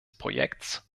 projekts